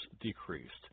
decreased